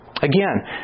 Again